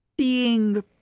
seeing